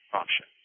option